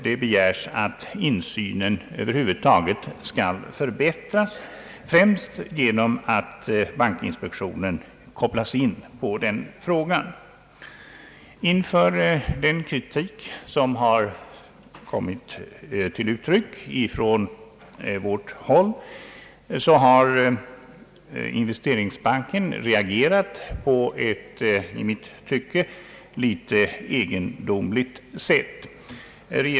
Det begärs därför att insynen över huvud taget skall förbättras främst genom att bankinspektionen kopplas in. Inför den kritik som har kommit till uttryck från vårt håll har Investeringsbanken reagerat på ett i mitt tycke egendomligt sätt.